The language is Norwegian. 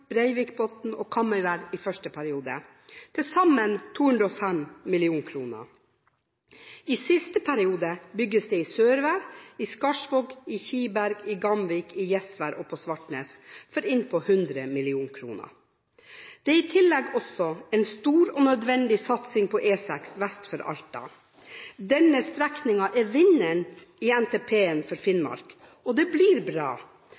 Breivikbotn og Kamøyvær i første periode, til sammen 205 mill. kr. I siste periode skal det bygges i Sørvær, Skarsvåg, Kiberg, Gamvik, Gjesvær og på Svartnes for innpå 100 mill. kr. Det er i tillegg også en stor og nødvendig satsing på E6 vest for Alta. Denne strekningen er vinneren i NTP for Finnmark, og det blir bra.